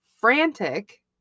frantic